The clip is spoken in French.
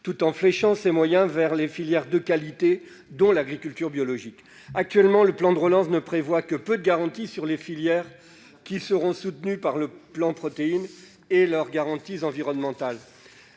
tout en fléchant ces moyens vers les filières de qualité, dont l'agriculture biologique. Actuellement, le plan de relance ne prévoit que peu de garanties environnementales sur les filières qui seront soutenues par le plan Protéines. La hausse du budget proposée par